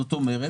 זאת אומרת,